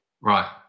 Right